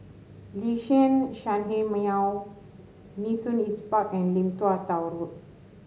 Liuxun Sanhemiao Nee Soon East Park and Lim Tua Tow Road